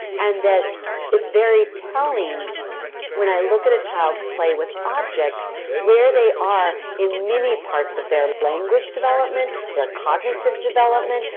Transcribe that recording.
and that it's very telling when i look at a child's play with objects where they are in many parts of their language development, their cognitive development,